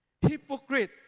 hypocrite